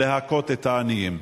להכות את העניים?